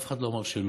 אף אחד לא אמר שלא,